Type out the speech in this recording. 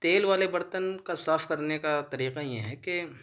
تیل والے برتن کا صاف کرنے کا طریقہ یہ ہیں کہ